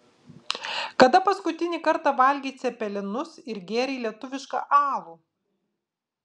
kada paskutinį kartą valgei cepelinus ir gėrei lietuvišką alų